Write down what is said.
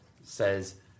says